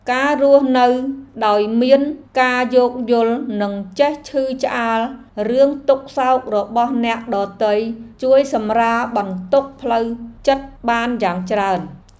ការរស់នៅដោយមានការយោគយល់និងចេះឈឺឆ្អាលរឿងទុក្ខសោករបស់អ្នកដទៃជួយសម្រាលបន្ទុកផ្លូវចិត្តបានយ៉ាងច្រើន។